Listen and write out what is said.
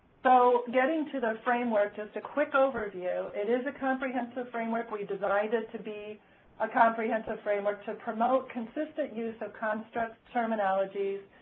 so getting to the framework, just a quick overview, it is a comprehensive framework. we designed it to be a comprehensive framework to promote consistent use of constructs, terminologies,